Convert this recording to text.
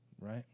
Right